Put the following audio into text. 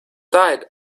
died